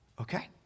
Okay